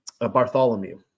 Bartholomew